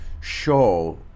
show